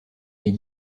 est